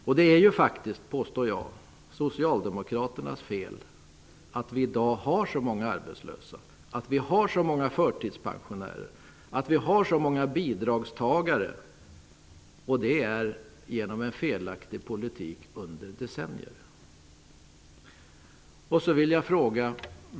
Jag påstår att det är socialdemokraternas fel att vi i dag har så många arbetslösa, att vi har så många förtidspensionärer och att vi har så många bidragstagare. Det har blivit så genom en felaktig politik under decennier.